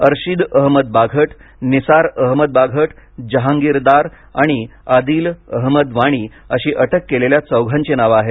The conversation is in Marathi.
अर्शीद अहमद बाघट निसार अहमद बाघट जहांगीर दार आणि आदिल अहमद वाणी अशी अटक केलेल्या चौघांची नावं आहेत